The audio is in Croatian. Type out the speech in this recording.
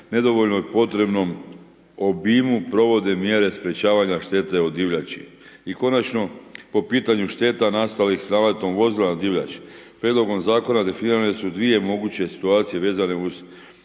nedovoljno potrebnom obimu provode mjere sprečavanja štete od divljači. I konačno, po pitanju šteta nastalih naletom vozila na divljač. Prijedlogom zakona definirane su dvije moguće situacije vezane uz